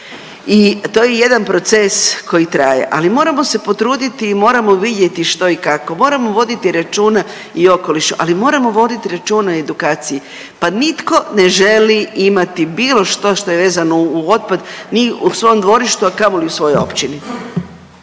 i to je jedan proces koji traje, ali moramo se potruditi i moramo vidjeti što i kako. Moramo voditi računa i o okolišu, ali moramo voditi i o edukaciji. Pa nitko ne želi imati bilo što što je vezano uz otpad ni u svom dvorištu, a kamoli u svojoj općini.